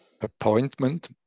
appointment